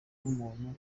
n’umuntu